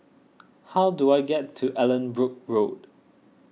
how do I get to Allanbrooke Road